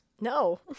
No